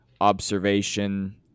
observation